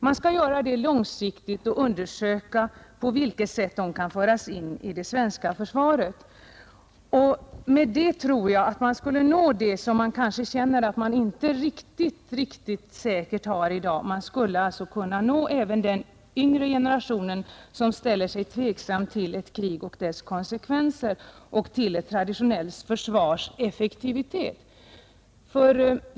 Man skall göra det långsiktigt och undersöka på vilket sätt de kan föras in i det svenska försvaret. Med det tror jag att man skulle nå det som man känner att man inte riktigt gör i dag — man skulle kunna nå även den yngre generationen, som ställer sig tveksam till ett krig och dess konsekvenser och till ett tradionellt försvars effektivitet.